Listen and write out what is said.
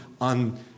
on